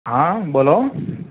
હા બોલો